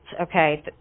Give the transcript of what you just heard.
okay